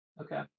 Okay